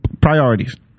Priorities